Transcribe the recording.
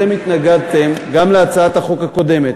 הרי אתם התנגדתם גם להצעת החוק הקודמת.